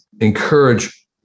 encourage